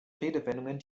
redewendungen